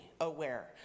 aware